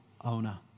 owner